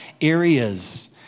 areas